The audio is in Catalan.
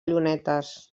llunetes